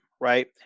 right